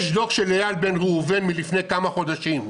יש דוח של איל בן ראובן מלפני כמה חודשים.